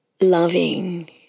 loving